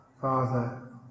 father